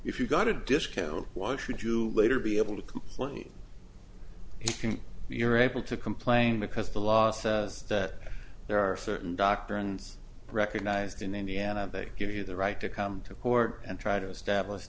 if you got a disco why should you later be able to complete if you're able to complain because the law says that there are certain doctrines recognized in indiana they give you the right to come to court and try to establish